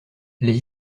les